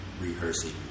rehearsing